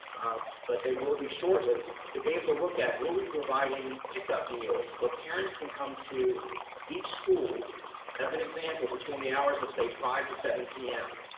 but they will be shortly to be able to look at we'll be providing pickup meals where parents can come to each school as an example between the hours of say five to seven pm,